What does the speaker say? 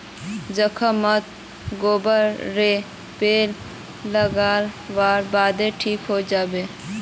जख्म मोत गोबर रे लीप लागा वार बाद ठिक हिजाबे